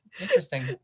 Interesting